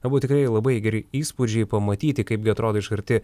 na buvo tikrai labai geri įspūdžiai pamatyti kaipgi atrodo iš arti